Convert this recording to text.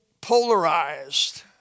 polarized